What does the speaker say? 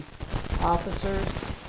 officers